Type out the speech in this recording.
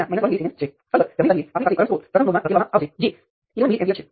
તેથી મારી પાસે આ હશે અને અલબત્ત હું તેને મેટ્રિક્સ સ્વરૂપમાં લખી શકું છું